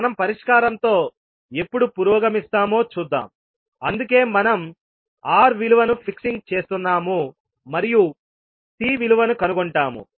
మనం పరిష్కారంతో ఎప్పుడు పురోగమిస్తామో చూద్దాం అందుకే మనం R విలువను ఫిక్సింగ్ చేస్తున్నాము మరియు C విలువను కనుగొంటాము